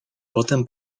potem